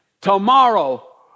tomorrow